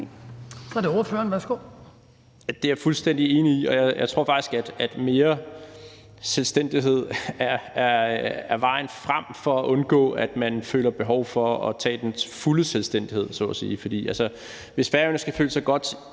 15:04 Rasmus Jarlov (KF): Det er jeg fuldstændig enig i. Jeg tror faktisk, at mere selvstændighed er vejen frem for at undgå, at man føler behov for at tage den fulde selvstændighed så at sige. Hvis Færøerne skal føle sig godt